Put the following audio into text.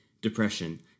depression